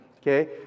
okay